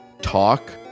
talk